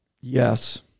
yes